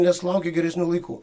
nes laukia geresnių laikų